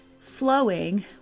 flowing